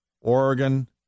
Oregon